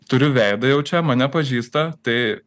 turiu veidą jau čia mane pažįsta tai